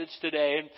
today